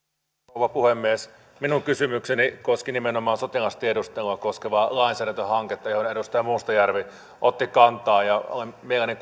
rouva puhemies minun kysymykseni koski nimenomaan sotilastiedustelua koskevaa lainsäädäntöhanketta johon edustaja mustajärvi otti kantaa ja mielelläni